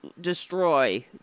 destroy